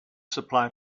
supply